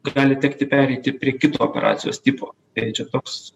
gali tekti pereiti prie kito operacijos tipo tai čia toks